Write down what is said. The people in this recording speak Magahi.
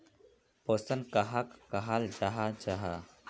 पोषण कहाक कहाल जाहा जाहा?